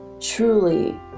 truly